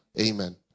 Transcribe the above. Amen